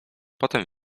potem